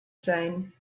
sein